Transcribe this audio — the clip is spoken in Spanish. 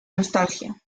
nostalgia